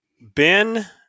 Ben –